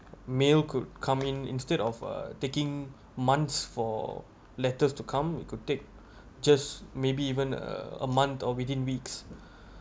mail could come in instead of uh taking months for letters to come it could take just maybe even a a month or within weeks